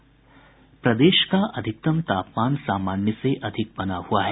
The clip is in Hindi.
प्रदेश का अधिकतम तापमान सामान्य से अधिक बना हुआ है